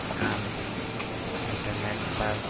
کام internet پر